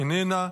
איננה,